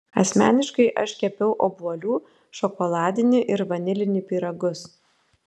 asmeniškai aš kepiau obuolių šokoladinį ir vanilinį pyragus